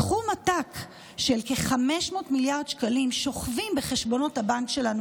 סכום עתק של כ-500 מיליארד שקלים שוכבים בחשבונות הבנק שלנו,